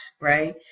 right